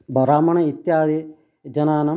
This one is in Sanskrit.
ब्राह्मणः इत्यादि जनानं